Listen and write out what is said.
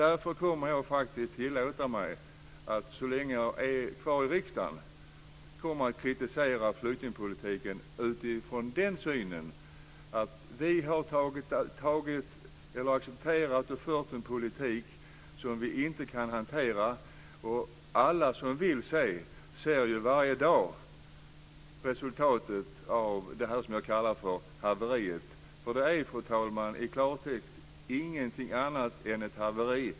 Jag kommer därför så länge jag är kvar i riksdagen att tillåta mig att kritisera flyktingpolitiken utifrån den synen. Vi har accepterat och fört en politik som vi inte kan hantera. Alla som vill se ser varje dag resultatet av det jag kallar för haveriet. Fru talman! Det är i klartext inget annat än ett haveri.